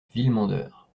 villemandeur